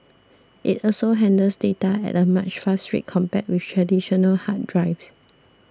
it also handles data at a much faster rate compared with traditional hard drives